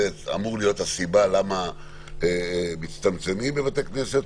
זאת אמורה להיות הסיבה לצמצום בבתי הכנסת.